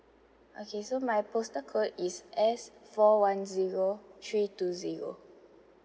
okay so my postal code is S four one zero three two zero